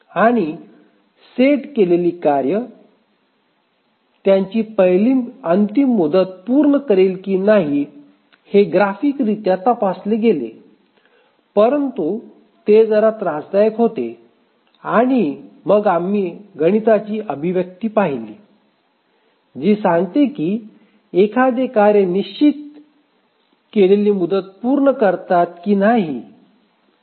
आणि सेट केलेली कार्ये त्यांची पहिली अंतिम मुदत पूर्ण करेल की नाही हे ग्राफिकरित्या तपासले गेले परंतु ते जरा त्रासदायक होते आणि मग आम्ही गणिताची अभिव्यक्ती पाहिली जी सांगते की एखादी कार्ये निश्चित केलेली मुदत पूर्ण करतात की नाही